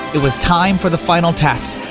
it was time for the final test.